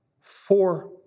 four